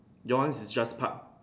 yours is just park